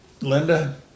Linda